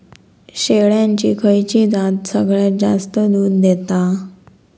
शेळ्यांची खयची जात सगळ्यात जास्त दूध देता?